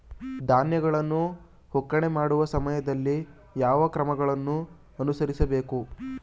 ಧಾನ್ಯಗಳನ್ನು ಒಕ್ಕಣೆ ಮಾಡುವ ಸಮಯದಲ್ಲಿ ಯಾವ ಕ್ರಮಗಳನ್ನು ಅನುಸರಿಸಬೇಕು?